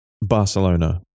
Barcelona